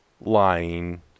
lying